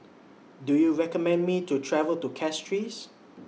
Do YOU recommend Me to travel to Castries